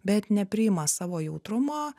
bet nepriima savo jautrumo